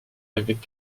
avec